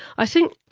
i think